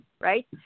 Right